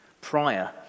prior